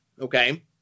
okay